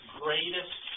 greatest